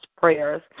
prayers